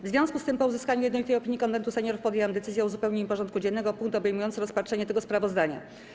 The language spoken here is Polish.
W związku z tym, po uzyskaniu jednolitej opinii Konwentu Seniorów, podjęłam decyzję o uzupełnieniu porządku dziennego o punkt obejmujący rozpatrzenie tego sprawozdania.